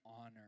honor